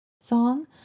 song